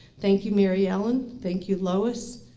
thank you mary ellen. thank you louis.